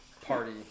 party